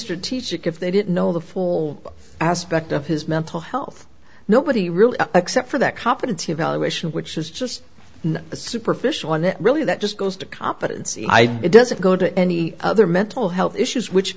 strategic if they didn't know the full aspect of his mental health nobody really except for that competency evaluation which is just superficial and really that just goes to competence it doesn't go to any other mental health issues which